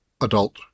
adult